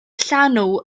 llanw